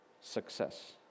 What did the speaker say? success